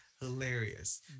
Hilarious